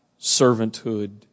servanthood